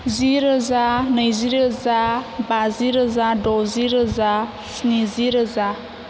जि रोजा नैजि रोजा बाजि रोजा द'जि रोजा स्निजि रोजा